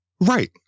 Right